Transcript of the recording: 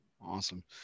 Awesome